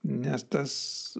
nes tas